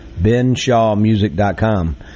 benshawmusic.com